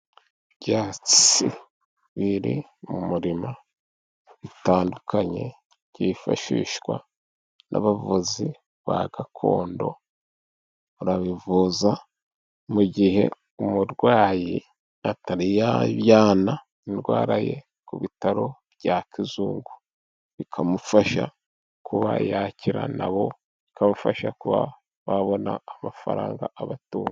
Ibyatsi biri mu murima bitandukanye, byifashishwa n'abavuzi ba gakondo, barabivuza mu gihe umurwayi atari yajyana indwara ye ku bitaro bya kizungu, bikamufasha kuba yakira, nabo bikabafasha kuba babona amafaranga abatunga.